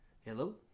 Hello